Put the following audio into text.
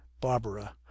Barbara